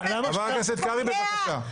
--- חבר הכנסת קרעי, שלוש דקות.